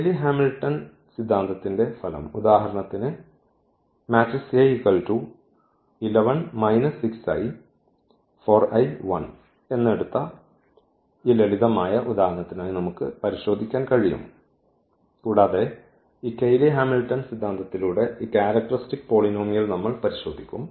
Cayley Hamilton സിദ്ധാന്തത്തിന്റെ ഫലം ഉദാഹരണത്തിന് എന്ന് എടുത്ത ഈ ലളിതമായ ഉദാഹരണത്തിനായി നമുക്ക് പരിശോധിക്കാൻ കഴിയും കൂടാതെ ഈ കെയ്ലി ഹാമിൽട്ടൺ സിദ്ധാന്തത്തിലൂടെ ഈ ക്യാരക്ടർസ്റ്റിക്സ് പോളിനോമിയൽ നമ്മൾ പരിശോധിക്കും